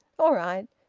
all right.